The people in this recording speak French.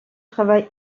travaille